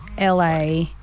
LA